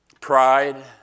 pride